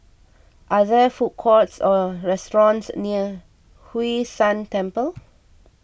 are there food courts or restaurants near Hwee San Temple